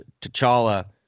T'Challa